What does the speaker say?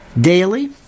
daily